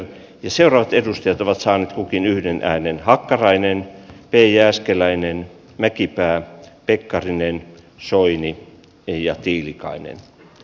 seurat edustajat ovat saaneet kukin yhden äänen hakkarainen pii jääskeläinen merkitään pekkarinen soini neljä tiilikainen